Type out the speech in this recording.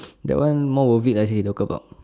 that one more worth it ah actually the kebab